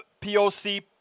POC